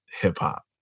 hip-hop